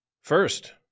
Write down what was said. First